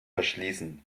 verschließen